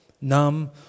numb